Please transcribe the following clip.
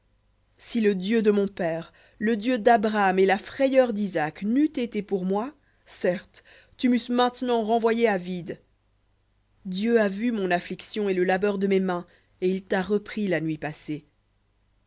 si le dieu de mon père le dieu d'abraham et la frayeur d'isaac n'eût été pour moi certes tu m'eusses maintenant renvoyé à vide dieu a vu mon affliction et le labeur de mes mains et il t'a repris la nuit passée